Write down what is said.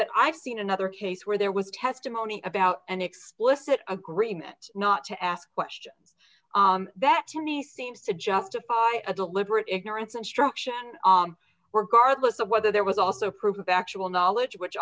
that i've seen another case where there was testimony about an explicit agreement not to ask questions that to me seems to justify a deliberate ignorance instruction were guard listen whether there was also proof of actual knowledge which